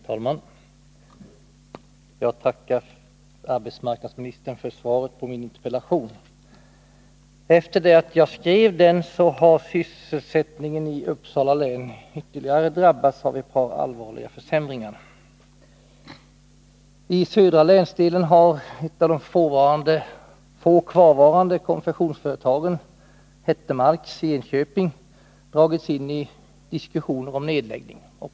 Herr talman! Jag tackar arbetsmarknadsministern för svaret på min interpellation. Efter det att jag skrev interpellationen har sysselsättningen i Uppsala län ytterligare drabbats av ett par allvarliga försämringar. I södra länsdelen har ett av de få kvarvarande konfektionsföretagen, Hettemarks i Enköping, dragits in i diskussioner om nedläggning.